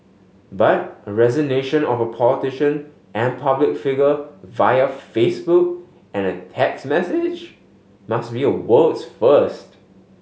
but a resignation of a politician and public figure via Facebook and a text message must be a world's first